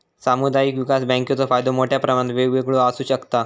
सामुदायिक विकास बँकेचो फायदो मोठ्या प्रमाणात वेगवेगळो आसू शकता